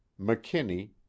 McKinney